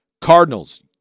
Cardinals